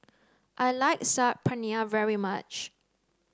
I like Saag Paneer very much